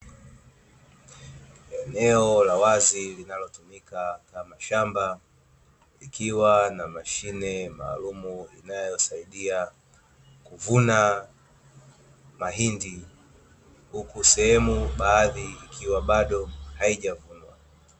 Eneo la wazi linalotumika kama shamba likiwa na mashine maalumu inayosaidia kuvuna mahindi, huku sehemu baadhi ikiwa bado haijavunwa.